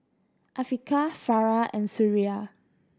Afiqah Farah and Suria